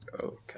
Okay